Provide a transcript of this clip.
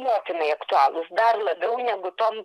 mokymai aktualūs dar labiau negu tom